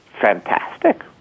fantastic